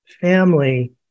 family